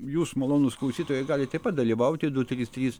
jūs malonūs klausytojai galit taip pat dalyvauti du trys trys